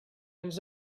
ens